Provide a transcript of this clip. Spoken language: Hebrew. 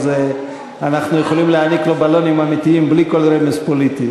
אז אנחנו יכולים להעניק לו בלונים אמיתיים בלי כל רמז פוליטי.